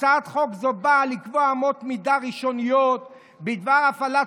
"הצעת חוק זו באה לקבוע אמות מידה ראשוניות בדבר הפעלת